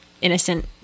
innocent